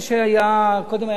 הסעיף שהיה, קודם היה מסתננים,